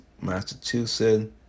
Massachusetts